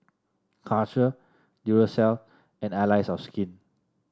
Karcher Duracell and Allies of Skin